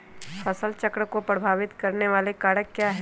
फसल चक्र को प्रभावित करने वाले कारक क्या है?